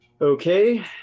Okay